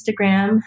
Instagram